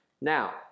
Now